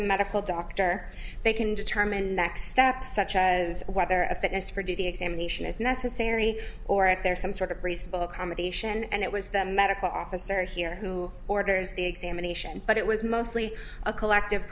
a medical doctor they can determine next steps such as whether a fitness for duty examination is necessary or it there some sort of reasonable accommodation and it was the medical officer here who orders the examination but it was mostly a collective